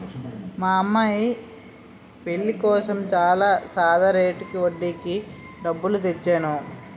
మా అమ్మాయి పెళ్ళి కోసం చాలా సాదా రేటు వడ్డీకి డబ్బులు తెచ్చేను